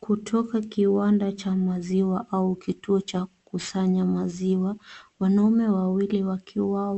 Kutoka kiwanda cha maziwa au kituo cha kukusanya maziwa, wanaume wawili wakiwa